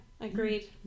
Agreed